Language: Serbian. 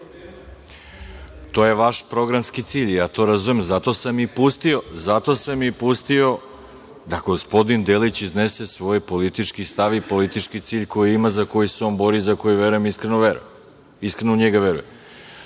je vaš programski cilj i ja to razumem i zato sam pustio da gospodin Delić iznese svoj politički stav i politički cilj koji ima i za koji se on bori i za koji on iskreno veruje.